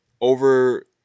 over